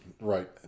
right